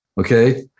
okay